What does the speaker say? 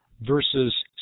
versus